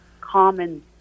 common